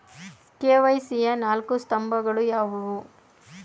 KYC ಯ ನಾಲ್ಕು ಸ್ತಂಭಗಳು ಯಾವುವು?